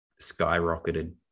skyrocketed